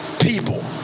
people